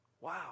wow